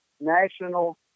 national